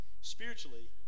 spiritually